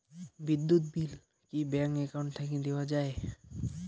বিদ্যুৎ বিল কি bank account থাকি দেওয়া য়ায়?